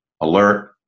alert